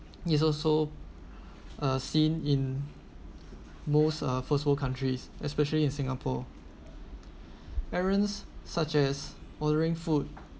it's also uh seen in most uh first world countries especially in singapore errands such as ordering food